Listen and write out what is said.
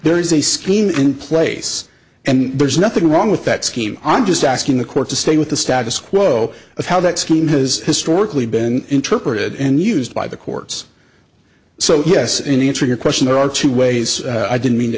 there is a scheme in place and there's nothing wrong with that scheme i'm just asking the court to stay with the status quo of how that scheme has historically been interpreted and used by the courts so yes in answering a question there are two ways i didn't mean to